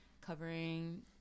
covering